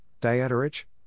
Dieterich